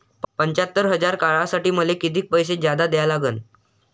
पंच्यात्तर हजार काढासाठी मले कितीक पैसे जादा द्या लागन?